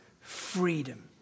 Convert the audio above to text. freedom